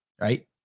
right